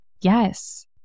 Yes